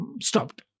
stopped